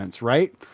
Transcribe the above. Right